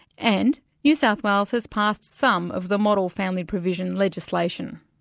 and new south wales has passed some of the model family provision legislation.